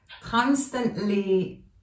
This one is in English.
constantly